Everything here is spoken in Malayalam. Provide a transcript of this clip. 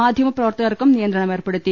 മാധ്യമ പ്രവർത്തകർക്കും നിയ ന്ത്രണം ഏർപ്പെടുത്തി